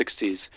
1960s